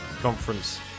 conference